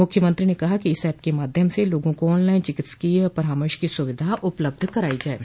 म्ख्यमंत्री ने कहा कि इस ऐप के माध्यम से लोगों को ऑन लाइन चिकित्सकीय परामर्श की सुविधा उपलब्ध कराई जाये